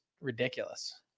ridiculous